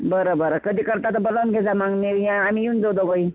बरं बरं कधी करता तर बोलावून घेजा मग मी ना हे आम्ही येऊन जाऊ दोघंही